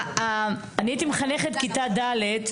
אני הייתי מחנכת כיתה ד'.